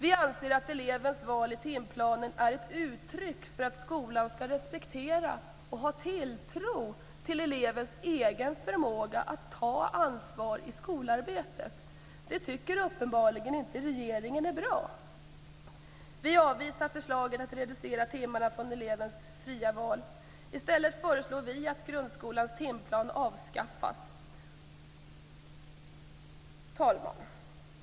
Vi anser att elevens val i timplanen är ett uttryck för att skolan skall respektera och ha tilltro till elevens egen förmåga att ta ansvar i skolarbetet. Det tycker uppenbarligen inte regeringen är bra. Vi avvisar förslagen att reducera timmarna från elevens fria val. I stället föreslår vi att grundskolans timplan avskaffas. Herr talman!